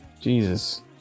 Jesus